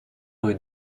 rue